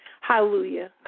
Hallelujah